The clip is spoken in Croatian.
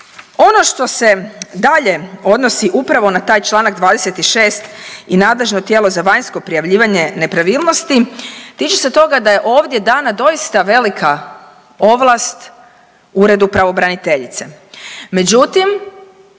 Ono što se dalje odnosi upravo na taj Članak 26. i nadležno tijelo za vanjsko prijavljivanje nepravilnosti tiče se toga da je ovdje dana doista velika ovlast Uredu pravobraniteljice.